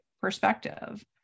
perspective